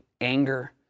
anger